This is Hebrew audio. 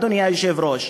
אדוני היושב-ראש?